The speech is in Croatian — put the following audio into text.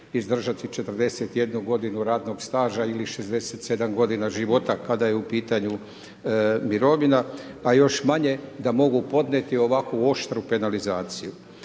izdržati 41 godinu radnog staža ili 67 godina života kada je u pitanju mirovina, a još manje da mogu podnijeti ovakvu oštru penalizaciju.